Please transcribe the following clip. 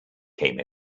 came